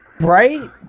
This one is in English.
Right